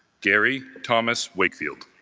gary thomas wakefield